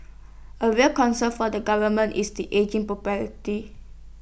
A real concern for the government is the ageing